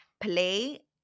Play